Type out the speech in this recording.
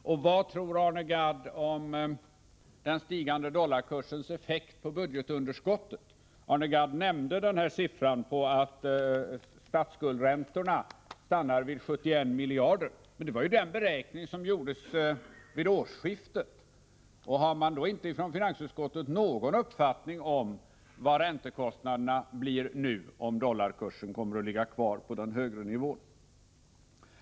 Och vad tror Arne Gadd om den stigande dollarkursens effekt på budgetunderskottet? Arne Gadd nämnde detta att statsskuldräntorna stannar vid 71 miljarder. Men det var ju den beräkning som gjordes vid årsskiftet. Har man då från finansutskottets sida inte någon uppfattning om vad räntekostnaderna blir nu, ifall dollarkursen kommer att ligga kvar på den högre nivån.